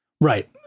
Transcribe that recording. Right